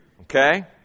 okay